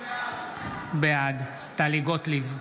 בעד טלי גוטליב,